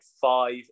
five